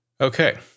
Okay